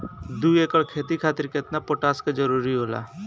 दु एकड़ खेती खातिर केतना पोटाश के जरूरी होला?